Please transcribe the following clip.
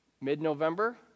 mid-November